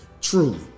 truly